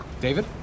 David